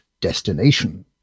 destination